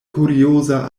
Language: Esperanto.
kurioza